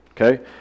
okay